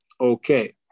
Okay